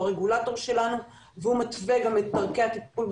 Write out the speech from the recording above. הרגולטור שלנו והוא מתווה את דרכי הטיפול,